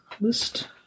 list